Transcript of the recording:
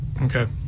Okay